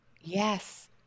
Yes